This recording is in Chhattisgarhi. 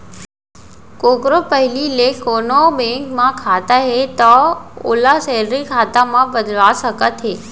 कोकरो पहिली ले कोनों बेंक म खाता हे तौ ओला सेलरी खाता म बदलवा सकत हे